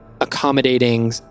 accommodating